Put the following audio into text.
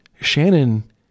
Shannon